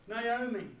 Naomi